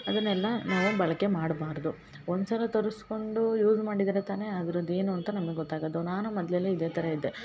ಅದನ್ನೆಲ್ಲ ನಾವು ಬಳಕೆ ಮಾಡ್ಬಾರದು ಒಂದ್ಸಲ ತರಸ್ಕೊಂಡೂ ಯೂಸ್ ಮಾಡಿದರೆ ತಾನೆ ಅದ್ರದ್ದು ಏನು ಅಂತ ನಮ್ಗೆ ಗೊತ್ತಾಗದು ನಾನು ಮೊದ್ಲೆಲ್ಲಾ ಇದೇ ಥರ ಇದ್ದೆ